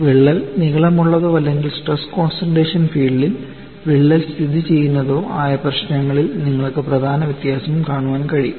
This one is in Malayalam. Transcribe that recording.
വിള്ളൽ നീളമുള്ളതോ അല്ലെങ്കിൽ സ്ട്രെസ് കോൺസൺട്രേഷൻ ഫീൽഡിൽ വിള്ളൽ സ്ഥിതി ചെയ്യുന്നതോ ആയ പ്രശ്നങ്ങളിൽ നിങ്ങൾക്ക് പ്രധാന വ്യത്യാസം കാണാൻ കഴിയും